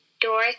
door